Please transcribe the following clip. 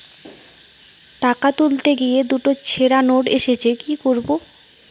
টাকা তুলতে গিয়ে দুটো ছেড়া নোট এসেছে কি করবো?